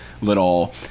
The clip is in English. little